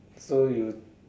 so you